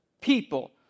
people